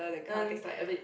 non fly a bit